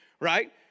right